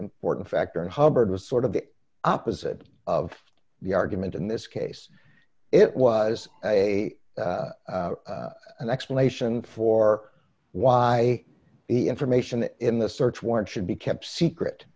important factor in hubbard was sort of the opposite of the argument in this case it was a an explanation for why the information in the search warrant should be kept secret